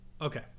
okay